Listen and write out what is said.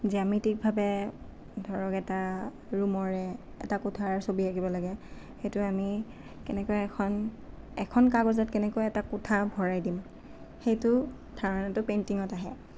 জ্যামিতিকভাৱে ধৰক এটা ৰুমৰে এটা কোঠাৰ ছবি আঁকিব লাগে সেইটো আমি কেনেকৈ এখন এখন কাগজত কেনেকৈ এটা কোঠা ভৰাই দিম সেইটো ধাৰণাটো পেইণ্টিঙত আহে